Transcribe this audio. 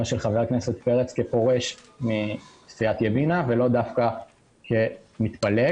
של חבר הכנסת פרץ כפורש מסיעת ימינה ולאו דווקא כמתפלג.